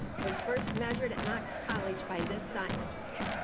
was first measured at knox college by this scientist.